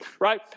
right